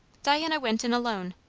diana went in alone.